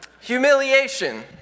Humiliation